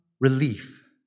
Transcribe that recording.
relief